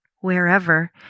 wherever